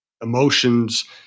emotions